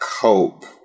cope